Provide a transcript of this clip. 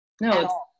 No